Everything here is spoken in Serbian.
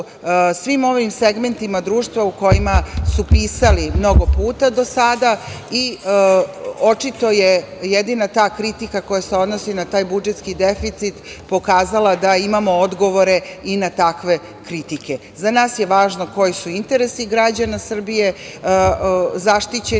svim ovim segmentima društva o kojima su pisali mnogo puta do sada i očito je jedina ta kritika koja se odnosi na taj budžetski deficit pokazala da imamo odgovore i na takve kritike.Za nas je važno koji su interesi građana Srbije zaštićeni